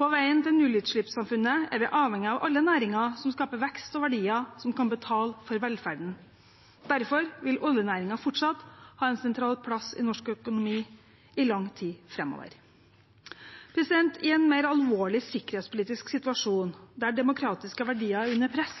På veien til nullutslippssamfunnet er vi avhengig av alle næringer som skaper vekst og verdier som kan betale for velferden. Derfor vil oljenæringen fortsatt ha en sentral plass i norsk økonomi i lang tid framover. I en mer alvorlig sikkerhetspolitisk situasjon der demokratiske verdier er under press,